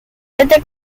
vete